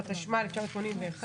התשמ"א-1981,